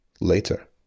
later